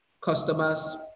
customers